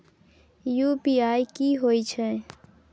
UPI की होय छै?